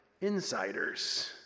insiders